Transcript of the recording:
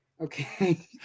Okay